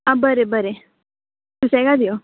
आ बरें बरें सुसेगाद यो